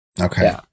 okay